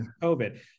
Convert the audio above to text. COVID